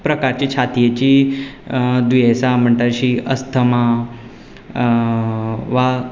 खूब प्रकारची छातयेची दुयेंसां म्हणटा अस्थमा वा